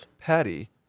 patty